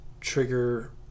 trigger